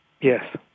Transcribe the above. Yes